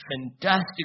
fantastic